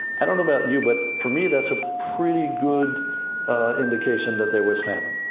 i don't know about you, but for me, that's a pretty good indication that there was famine,